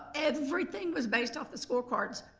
everything was based off the score cards.